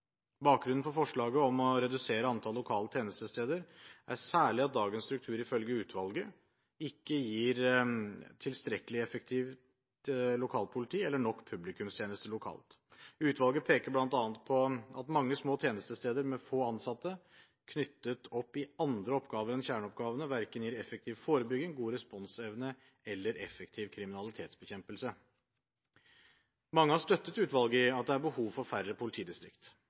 Bakgrunnen for forslaget om å redusere antallet lokale tjenestesteder er særlig at dagens struktur ifølge utvalget ikke gir tilstrekkelig effektivt lokalpoliti eller nok publikumstjenester lokalt. Utvalget peker bl.a. på at mange små tjenestesteder med få ansatte, knyttet opp til andre oppgaver enn kjerneoppgavene, verken gir effektiv forebygging, god responsevne eller effektiv kriminalitetsbekjempelse. Mange har støttet utvalget i at det er behov for færre